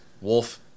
wolf